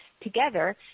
Together